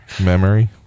memory